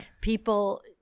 people –